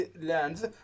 lands